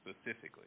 specifically